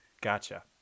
Gotcha